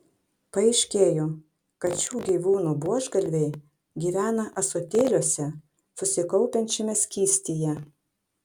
paaiškėjo kad šių gyvūnų buožgalviai gyvena ąsotėliuose susikaupiančiame skystyje